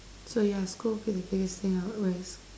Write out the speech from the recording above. so yeah school would be the biggest thing I would risk